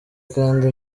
kandi